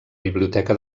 biblioteca